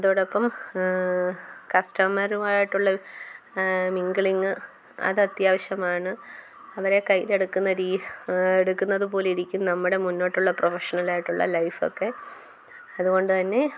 അതോടൊപ്പം കസ്റ്റമറുമായിട്ടുള്ള മിങ്ക്ലിങ്ങ് അത് അത്യാവശ്യമാണ് അവരെ കയ്യിലെടുക്കുന്ന എടുക്കുന്നതുപോലെ ഇരിക്കും നമ്മുടെ മുന്നോട്ടുള്ള പ്രൊഫഷണലായിട്ടുള്ള ലൈഫൊക്കെ അതുകൊണ്ട് തന്നെ